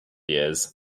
years